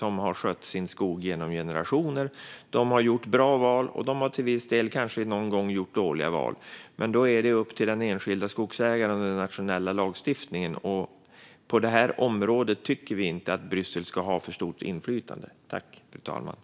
De har skött sin skog genom generationer och har gjort bra val och kanske någon gång dåliga val. Men då är det upp till den enskilda skogsägaren och den nationella lagstiftningen att hantera det. Vi tycker inte att Bryssel ska ha för stort inflytande på det här området.